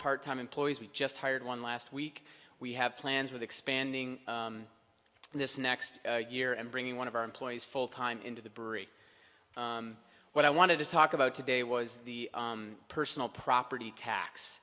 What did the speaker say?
part time employees we just hired one last week we have plans with expanding this next year and bringing one of our employees full time into the brewery what i wanted to talk about today was the personal property tax